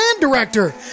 director